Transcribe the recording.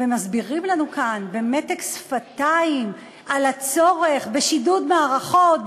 ומסבירים לנו כאן במתק שפתיים את הצורך בשילוב מערכות,